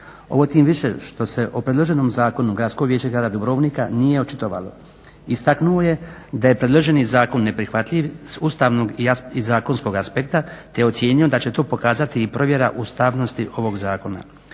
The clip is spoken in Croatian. Ovo tim više što se o predloženom zakonu Gradsko vijeće grada Dubrovnika nije očitovalo. Istaknuo je da je predloženi zakon neprihvatljiv s ustavnog i zakonskog aspekta te je ocijenio da će to pokazati i provjera ustavnosti ovog zakona.